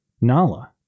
Nala